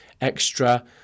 Extra